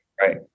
Right